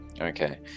Okay